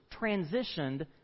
transitioned